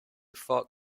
fought